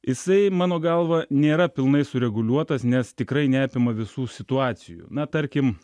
jisai mano galva nėra pilnai sureguliuotas nes tikrai neapima visų situacijų na tarkim